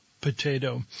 potato